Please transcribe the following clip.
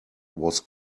was